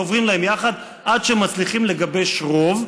חוברים להם יחד עד שמצליחים לגבש רוב,